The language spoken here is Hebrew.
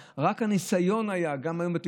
אבל אני לא רואה היום שיש חרטה.